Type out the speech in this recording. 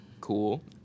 cool